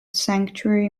sanctuary